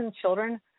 children